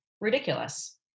ridiculous